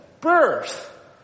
birth